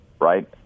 right